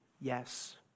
Yes